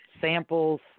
samples